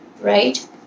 Right